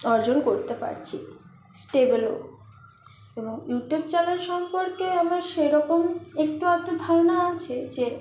অর্জন করতে পারছি স্টেবেলও এবং ইউটিউব চ্যানেল সম্পর্কে আমার সে রকম একটু আধটু ধারণা আছে যে